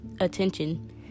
attention